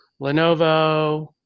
Lenovo